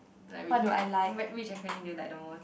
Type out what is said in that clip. like which acro~ Mag which acronym do you like the most